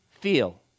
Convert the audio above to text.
feel